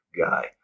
guy